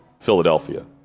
Philadelphia